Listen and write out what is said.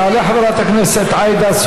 תודה לחברת הכנסת מיכל רוזין.